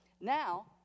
Now